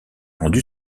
rendu